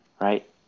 Right